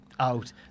out